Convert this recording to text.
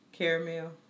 Caramel